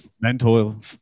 mental